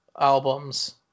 albums